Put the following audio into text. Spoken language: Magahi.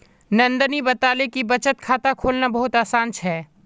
नंदनी बताले कि बचत खाता खोलना बहुत आसान छे